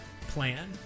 plan